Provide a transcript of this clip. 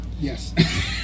Yes